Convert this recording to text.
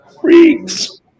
Freaks